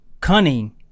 cunning